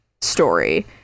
story